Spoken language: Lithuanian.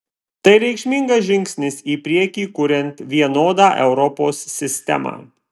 tai reikšmingas žingsnis į priekį kuriant vienodą europos sistemą